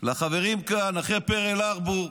לחברים כאן, אחרי פרל הארבור,